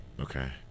Okay